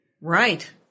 Right